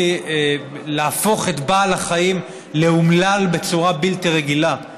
להפוך את בעל החיים לאומלל בצורה בלתי רגילה.